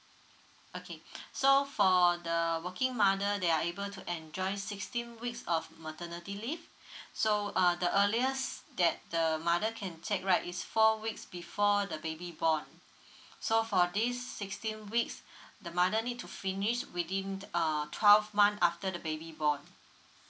okay so for the working mother they are able to enjoy sixteen weeks of maternity leave so uh the earliest that the mother can check right is four weeks before the baby born so for this sixteen weeks the mother need to finish within that err twelve month after the baby born